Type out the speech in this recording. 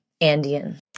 Andean